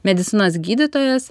medicinos gydytojas